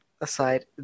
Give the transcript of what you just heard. aside